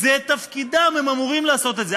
זה תפקידם, הם אמורים לעשות את זה.